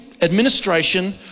administration